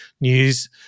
news